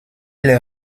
les